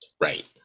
Right